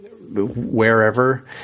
wherever